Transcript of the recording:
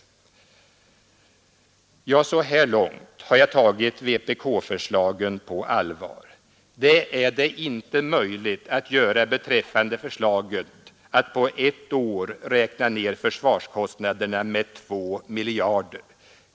Så här långt har jag tagit vpk-förslagen på allvar. Det är det inte möjligt att göra beträffande förslaget att på ett år räkna ner försvarskostnaderna med 2 miljarder.